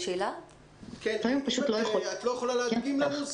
את לא יכולה להדגים לנו?